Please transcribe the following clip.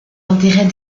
intérêts